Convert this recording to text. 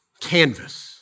canvas